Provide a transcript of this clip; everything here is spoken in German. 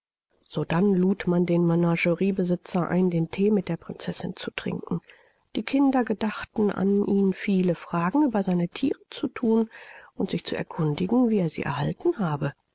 sodann lud man den menageriebesitzer ein den thee mit der prinzessin zu trinken die kinder gedachten an ihn viele fragen über seine thiere zu thun und sich zu erkundigen wie er sie erhalten habe